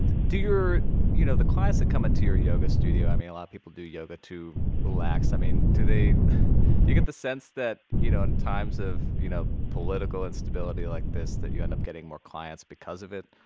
do your you know, the clients that come into your yoga studio i mean, a lot of people do yoga to relax. i mean, do they do you get the sense that, you know, in times of, you know, political instability like this that you end up getting more clients because of it?